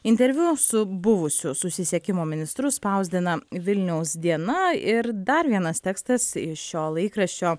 interviu su buvusiu susisiekimo ministru spausdina vilniaus diena ir dar vienas tekstas iš šio laikraščio